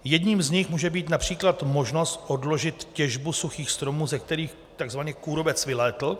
Jedním z nich může být například možnost odložit těžbu suchých stromů, ze kterých takzvaně kůrovec vylétl.